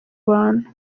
bantu